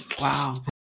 Wow